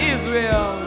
Israel